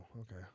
okay